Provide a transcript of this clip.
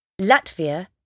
Latvia